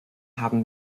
haben